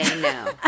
no